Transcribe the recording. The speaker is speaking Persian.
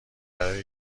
برای